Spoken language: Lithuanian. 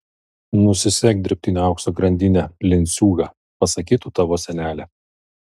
nusisek dirbtinio aukso grandinę lenciūgą pasakytų tavo senelė